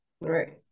right